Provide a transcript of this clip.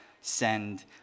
send